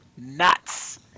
nuts